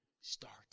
start